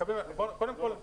קודם כל,